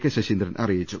K Saseendran അറിയിച്ചു